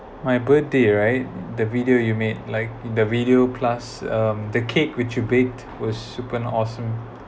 my birthday right the video you made like the video plus um the cake which you bake was super awesome